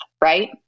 right